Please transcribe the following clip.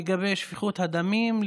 על שפיכות הדמים,